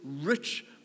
rich